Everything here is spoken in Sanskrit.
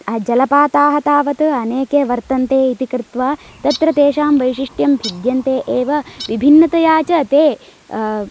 जलपाताः तावत् अनेके वर्तन्ते इति कृत्वा तत्र तेषां वैशिष्ट्यं भिद्यन्ते एव विभिन्नतया च ते